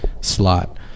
slot